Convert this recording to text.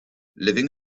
living